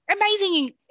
amazing